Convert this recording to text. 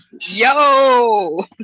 yo